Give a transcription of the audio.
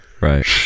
Right